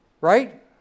Right